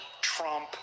Trump